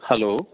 hello